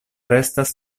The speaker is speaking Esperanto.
restas